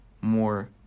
more